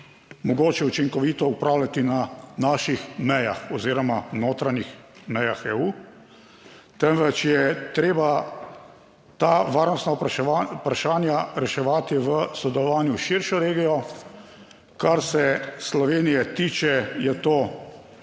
mogoče učinkovito upravljati na naših mejah oziroma notranjih mejah EU, temveč je treba ta varnostna vprašanja reševati v sodelovanju s širšo regijo, kar se Slovenije tiče, je to